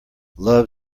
love